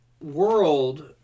world